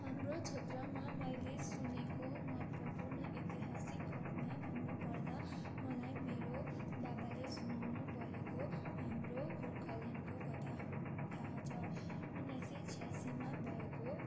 हाम्रो क्षेत्रमा मैले सुनेको महत्त्वपूर्ण ऐतिहासिक घटना भन्नु पर्दा मलाई मेरो बाबाले सुनाउनु भएको हाम्रो गोर्खाल्यान्डको कथा थाहा छ उन्नाइस सय छयासीमा भएको